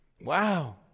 Wow